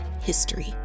history